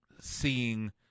seeing